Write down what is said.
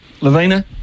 Lavina